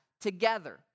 together